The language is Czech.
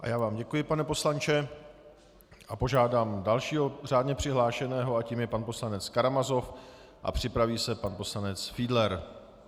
A já vám děkuji, pane poslanče, a požádám dalšího řádně přihlášeného a tím je pan poslanec Karamazov a připraví se pan poslanec Fiedler.